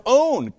own